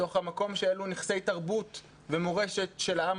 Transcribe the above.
מתוך המקום שאלו נכסי תרבות ומורשת של העם